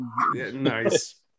nice